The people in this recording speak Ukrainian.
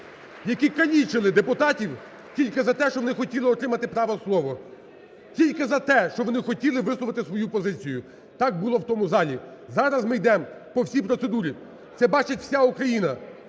які калічили депутатів тільки за те, що вони хотіли отримати право слова, тільки за те, що вони хотіли висловити свою позицію. Так було в тому залі. Зараз ми йдемо по всій процедурі, це бачить вся Україна,